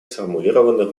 сформулированных